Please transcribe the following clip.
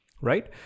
Right